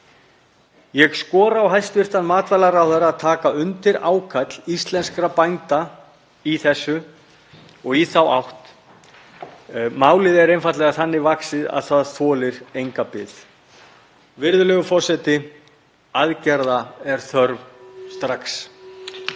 Ég skora á hæstv. matvælaráðherra að taka undir ákall íslenskra bænda í þessu og í þá átt. Málið er einfaldlega þannig vaxið að það þolir enga bið. Virðulegur forseti. Aðgerða er þörf strax.